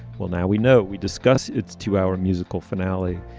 well now we know we discuss its two hour musical finale.